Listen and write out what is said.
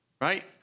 right